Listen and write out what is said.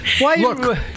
Look